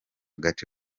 gace